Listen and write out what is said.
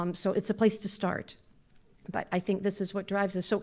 um so it's a place to start but i think this is what drives us. so